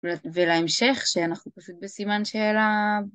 ולהמשך שאנחנו פשוט בסימן שאלה..